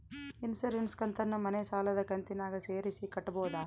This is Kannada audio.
ಇನ್ಸುರೆನ್ಸ್ ಕಂತನ್ನ ಮನೆ ಸಾಲದ ಕಂತಿನಾಗ ಸೇರಿಸಿ ಕಟ್ಟಬೋದ?